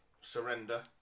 surrender